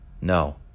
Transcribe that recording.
No